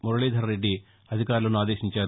మురళీధర్రెడ్డి అధికారులను ఆదేశించారు